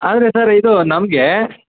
ಆದರೆ ಸರ್ ಇದು ನಮಗೆ